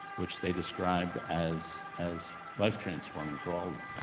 which they described as as life transforming for all of them.